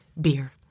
Beer